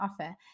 offer